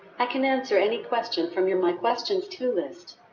i can answer any question from your my questions two list.